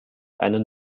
einen